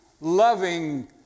loving